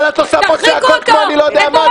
אבל את עושה פה צעקות כמו אני לא יודע מה.